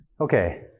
Okay